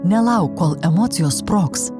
nelauk kol emocijos sprogs